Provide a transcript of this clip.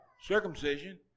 circumcision